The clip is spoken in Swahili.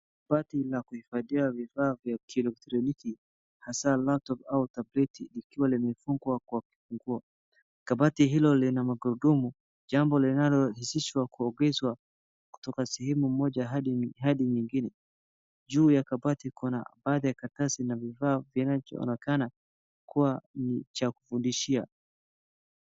Kabati la kuifadhia vifaa vya kielektroniki hasa laptop au tableti likiwa limefugwa kwa kifunguo. Kabati hilo lina magurudumu jambo linalorahisisha kuagizwa kutoka sehemu moja hadi nyingine. Juu ya kabati kuna baadhi ya katarasi na vifaa vinachoonekana kuwa ni cha kufudishia.